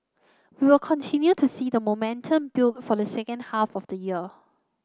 we will continue to see the momentum build for the second half of the year